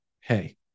hey